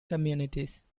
communities